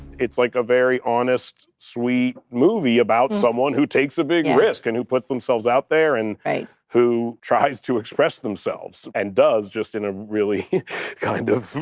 it's like a very honest, sweet movie about someone who takes a big risk and who puts themselves out there and who tries to express themselves, and does, just in a really kind of,